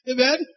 Amen